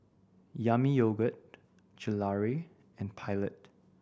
Yami Yogurt Gelare and Pilot